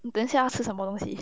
你等一下要吃什么东西